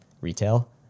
retail